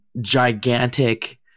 gigantic